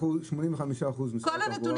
85% קבוע,